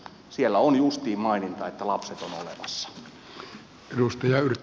siellä on justiin maininta että lapset ovat olemassa